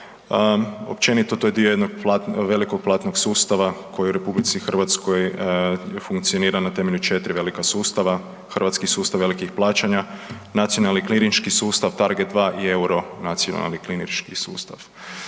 Općenito, to je dio jednog veliko platnog sustava koji je u RH funkcionira na temelju 4 velika sustava; Hrvatski sustav velikih plaćanja, Nacionalne klirinški sustav, Target 2 i Euronacionalni klirinški sustav.